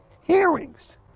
Hearings